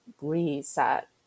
reset